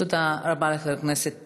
תודה רבה לחבר הכנסת